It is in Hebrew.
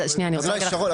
שרון,